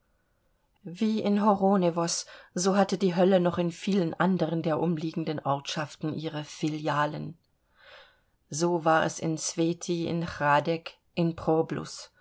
wie in horonewos so hatte die hölle noch in vielen anderen der umliegenden ortschaften ihre filialen so war es in sweti in hradeck in problus